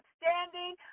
standing